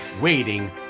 waiting